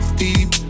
deep